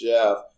Jeff